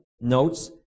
notes